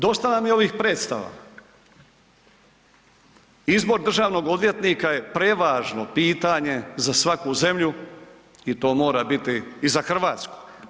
Dosta nam je ovih predstava, izbor državnog odvjetnika je prevažno pitanje za svaku zemlju i to mora biti i za Hrvatsku.